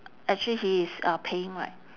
actually he is uh paying right